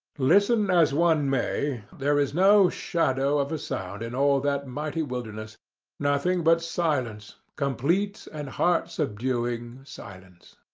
listen as one may, there is no shadow of a sound in all that mighty wilderness nothing but silence complete and heart-subduing silence.